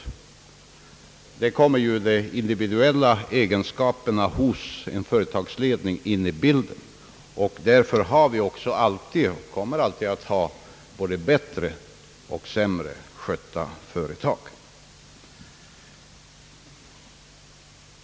Därvidlag kommer ju de individuella egenskaperna hos dem som sitter i före tagsledningen in i bilden. Därför har vi också alltid haft och kommer alltid att ha både bättre och sämre skötta före tag.